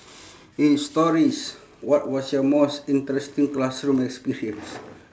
is stories what was your most interesting classroom experience